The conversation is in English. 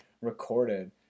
recorded